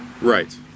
Right